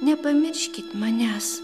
nepamirškit manęs